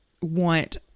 want